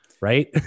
right